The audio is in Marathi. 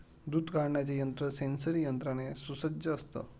दूध काढण्याचे यंत्र सेंसरी यंत्राने सुसज्ज असतं